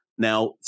Now